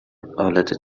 آلت